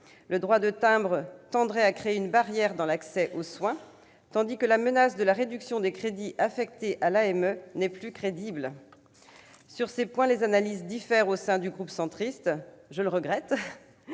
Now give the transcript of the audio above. Ce droit de timbre tendrait à créer une barrière dans l'accès aux soins, tandis que la menace de réduction des crédits affectés à l'AME n'est plus crédible. Sur ces points, les analyses diffèrent au sein du groupe centriste, je le regrette.